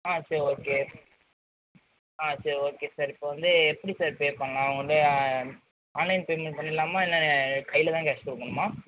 ஆ சரி ஓகே ஆ சரி ஓகே சார் இப்போ வந்து எப்படி சார் பே பண்ணலாம் உங்கள்கிட்ட ஆன்லைன் பேமண்ட் பண்ணில்லாமா இல்லை கையில் தான் கேஷ் கொடுக்கணுமா